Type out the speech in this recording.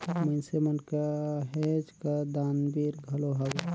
मइनसे मन कहेच कर दानबीर घलो हवें